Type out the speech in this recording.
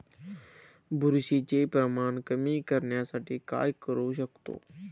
बुरशीचे प्रमाण कमी करण्यासाठी काय करू शकतो?